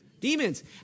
Demons